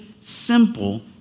simple